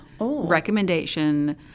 recommendation